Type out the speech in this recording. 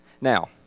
Now